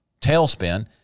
tailspin